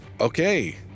Okay